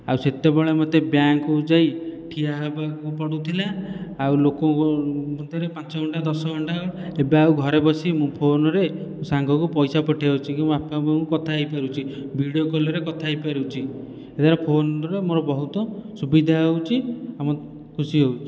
ଆଉ ସେତେବେଳେ ମୋତେ ବ୍ୟାଙ୍କକୁ ଯାଇ ଠିଆହେବାକୁ ପଡ଼ୁଥିଲା ଆଉ ଲୋକଙ୍କ ମଧ୍ୟରେ ପାଞ୍ଚ ଘଣ୍ଟା ଦଶ ଘଣ୍ଟା ଏବେ ଆଉ ଘରେ ବସି ମୁଁ ଫୋନରେ ସାଙ୍ଗକୁ ପଇସା ପଠେଇ ପାରୁଛି ମୋ ବାପା ବୋଉଙ୍କୁ କଥା ହୋଇପାରୁଛି ଭିଡ଼ିଓ କଲ୍ ରେ କଥା ହୋଇପାରୁଛି ଏହା ଦ୍ୱାରା ଫୋନର ମୋର ବହୁତ ସୁବିଧା ହେଉଛି ଆଉ ମୁଁ ଖୁସି ହେଉଛି